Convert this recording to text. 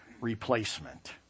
replacement